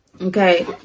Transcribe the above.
Okay